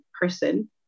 person